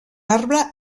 arbre